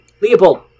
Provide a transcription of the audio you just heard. Leopold